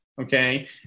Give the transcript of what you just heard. okay